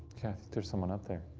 there's someone up there.